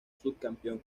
subcampeón